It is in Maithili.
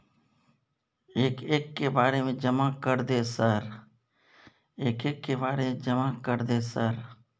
एक एक के बारे जमा कर दे सर?